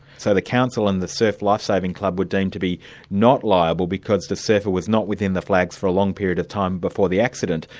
so the council and the surf life saving club were deemed to be not liable because the surfer was not within the flags for a long period of time before the accident.